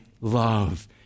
love